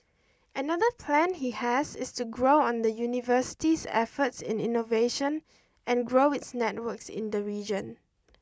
another plan he has is to grow on the university's efforts in innovation and grow its networks in the region